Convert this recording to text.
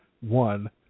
one